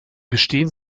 bestehen